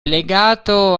legato